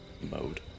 mode